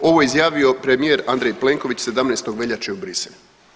Ovo je izjavio premijer Andrej Plenković 17. veljače u Briselu.